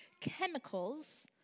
chemicals